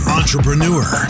entrepreneur